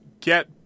get